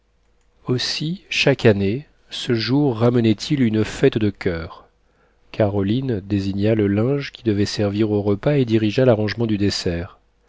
aussi chaque année ce jour ramenait il une fête de coeur caroline désigna le linge qui devait servir au repas et dirigea l'arrangement du dessert